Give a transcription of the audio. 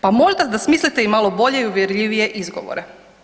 Pa možda da smislite i malo bolje i uvjerljivije izgovore.